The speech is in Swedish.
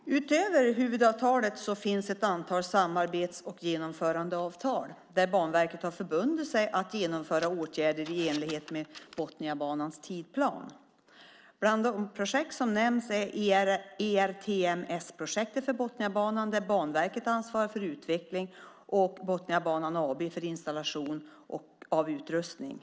Herr talman! Utöver huvudavtalet finns det ett antal samarbets och genomförandeavtal där Banverket har förbundit sig att genomföra åtgärder i enlighet med Botniabanans tidsplan. Bland de projekt som nämns är ERTMS-projektet för Botniabanan, där Banverket har ansvar för utveckling och Botniabanan AB har ansvar för installation av utrustning.